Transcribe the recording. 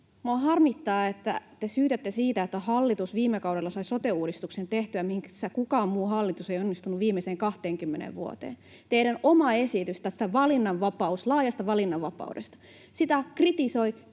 minua harmittaa, että te syytätte siitä, että hallitus viime kaudella sai sote-uudistuksen tehtyä, missä kukaan muu hallitus ei onnistunut viimeiseen 20 vuoteen. Teidän omaa esitystänne laajasta valinnanvapaudesta kritisoivat